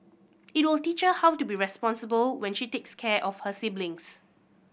it will teach her how to be responsible when she takes care of her siblings